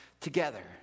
together